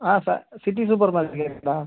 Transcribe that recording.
ஆ சா city super மார்க்கெட்டுங்களா